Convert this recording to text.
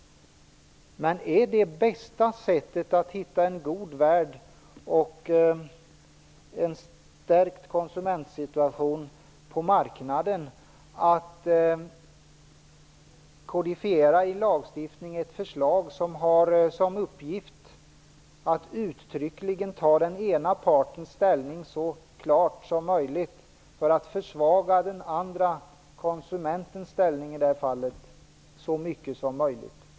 Men är det bästa sättet att bygga en god värld och stärka konsumentsituationen på marknaden att kodifiera i lagstiftning ett förslag som har som uppgift att uttryckligen ta den ena partens ställning så klart som möjligt för att försvaga i detta fall konsumentens ställning så mycket som möjligt?